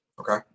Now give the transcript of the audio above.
Okay